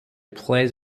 plays